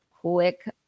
quick